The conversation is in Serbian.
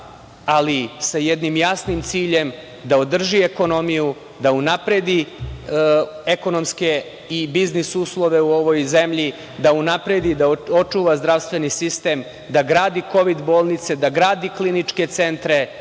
ali sa jednim jasnim ciljem, da održi ekonomiju, da unapredi ekonomske i biznis uslove u ovoj zemlji, da unapredi i očuva zdravstveni sistem, da gradi kovid bolnice, da gradi kliničke centre,